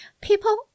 People